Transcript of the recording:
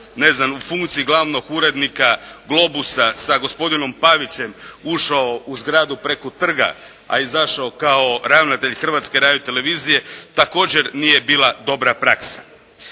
ne znam u funkciji glavnog urednika "Globusa" sa gospodinom Pavićem ušao u zgradu preko trga, a izašao kao ravnatelj Hrvatske radiotelevizije također nije bila dobra praksa.